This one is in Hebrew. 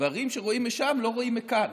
דברים שרואים משם לא רואים מכאן,